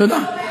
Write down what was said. תודה.